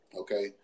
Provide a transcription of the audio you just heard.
okay